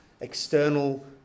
external